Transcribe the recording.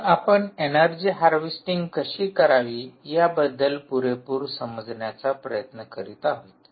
तर आपण energy harvesting कशी करावी याबद्दल पुरेपूर समजण्याचा प्रयत्न करीत आहोत